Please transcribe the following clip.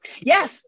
yes